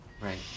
Right